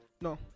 no